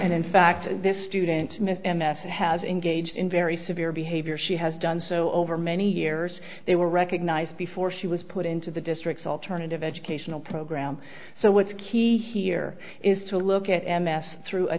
and in fact this student smith m f and has engaged in very severe behavior she has done so over many years they were recognized before she was put into the district's alternative educational program so what's key here is to look at m f through a